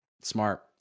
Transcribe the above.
Smart